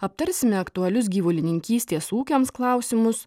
aptarsime aktualius gyvulininkystės ūkiams klausimus